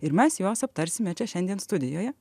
ir mes juos aptarsime čia šiandien studijoje